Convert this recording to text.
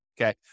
okay